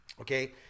okay